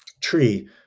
tree